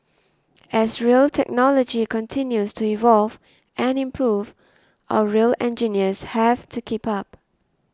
as rail technology continues to evolve and improve our rail engineers have to keep up